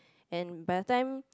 and by the time